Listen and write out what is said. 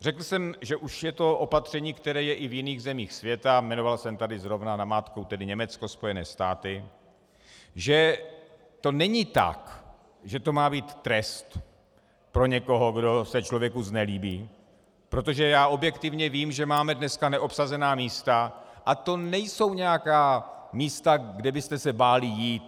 Řekl jsem, že už je to opatření, které je i v jiných zemích světa, jmenoval jsem tady zrovna namátkou Německo a Spojené státy, že to není tak, že to má být trest pro někoho, kdo se člověku znelíbí, protože já objektivně vím, že máme dnes neobsazená místa, a to nejsou nějaká místa, kam byste se báli jít.